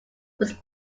was